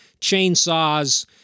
chainsaws